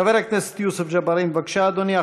חבר הכנסת יוסף ג'בארין, בבקשה, אדוני.